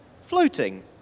floating